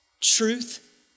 Truth